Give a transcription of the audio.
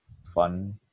fun